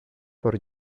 por